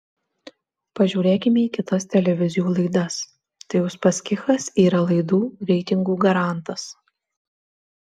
pažiūrėkime į kitas televizijų laidas tai uspaskichas yra laidų reitingų garantas